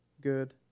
good